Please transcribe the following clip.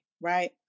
right